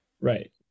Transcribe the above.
Right